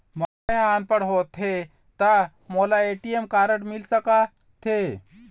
मैं ह अनपढ़ होथे ता मोला ए.टी.एम कारड मिल सका थे?